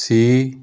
C